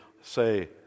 say